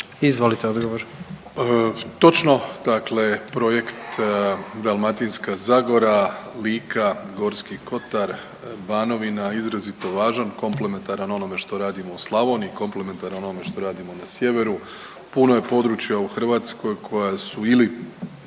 Andrej (HDZ)** Točno. Dakle, projekt Dalmatinska zagora, Lika, Gorski Kotar, Banovina izrazito važan, komplementaran onome što radimo u Slavoniji, komplementaran onome što radimo na sjeveru. Puno je područja u Hrvatskoj koja su ili